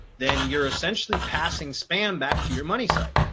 then you're essentially passing spam back to your money site.